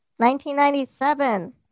1997